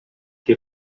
you